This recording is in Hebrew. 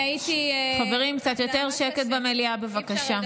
אני הייתי, חברים, קצת יותר שקט במליאה, בבקשה.